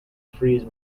freeze